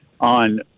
on